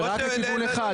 זה רק לכיוון אחד?